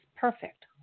perfect